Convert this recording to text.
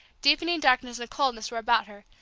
deepening darkness and coldness were about her,